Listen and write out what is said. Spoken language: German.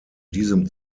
diesem